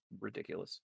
ridiculous